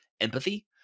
empathy